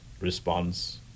response